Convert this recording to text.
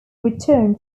return